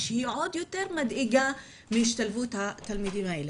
שהיא עוד יותר מדאיגה מהשתלבות התלמידים האלה,